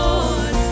Lord